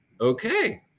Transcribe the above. okay